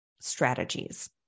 strategies